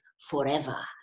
forever